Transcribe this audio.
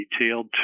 detailed